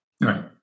Right